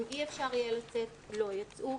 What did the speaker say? אם אי אפשר יהיה לצאת לטיולים, לא יצאו.